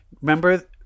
Remember